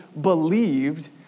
believed